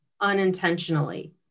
unintentionally